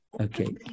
Okay